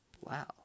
Wow